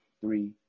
three